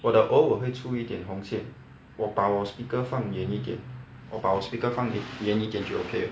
我的偶尔会出一点红线我把我 speaker 放远一点我把我 speaker 放远一点就 okay 了